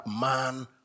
man